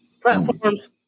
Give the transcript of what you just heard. platforms